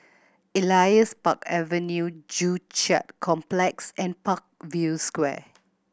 Elias Park Avenue Joo Chiat Complex and Parkview Square